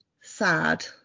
sad